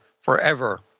forever